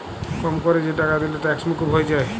কম কোরে যে টাকা দিলে ট্যাক্স মুকুব হয়ে যায়